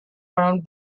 round